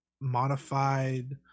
modified